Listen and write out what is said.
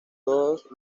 todos